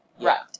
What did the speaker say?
Right